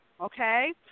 okay